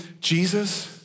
Jesus